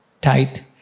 tight